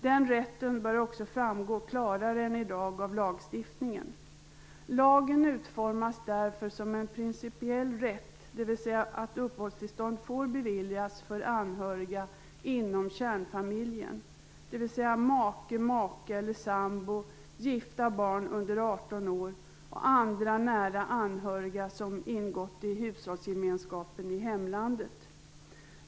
Den rätten bör också framgå klarare än i dag av lagstiftningen. Lagen utformas därför som en principiell rätt. Uppehållstillstånd får alltså beviljas för anhöriga inom kärnfamiljen, dvs. make/maka eller sambo, ogifta barn under 18 år och andra nära anhöriga som ingått i hushållsgemenskapen i hemlandet.